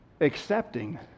accepting